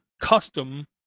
custom